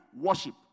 worship